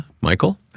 Michael